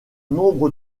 nombre